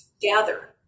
gather